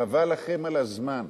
חבל לכם על הזמן.